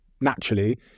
naturally